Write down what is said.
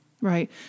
Right